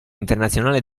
internazionale